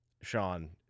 Sean